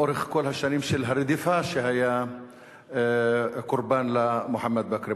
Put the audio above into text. לאורך כל השנים של הרדיפה שהיה קורבן לה מוחמד בכרי.